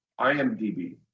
IMDB